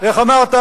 איך אמרת?